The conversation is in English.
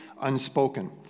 unspoken